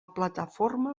plataforma